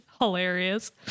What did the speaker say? Hilarious